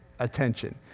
attention